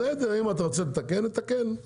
בסדר אם אתה רוצה לתקן נתקן.